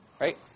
right